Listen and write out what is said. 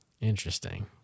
Interesting